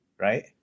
right